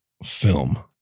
film